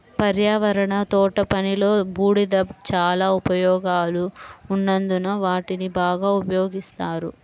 పర్యావరణ తోటపనిలో, బూడిద చాలా ఉపయోగాలు ఉన్నందున వాటిని బాగా ఉపయోగిస్తారు